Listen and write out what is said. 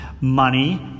money